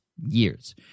years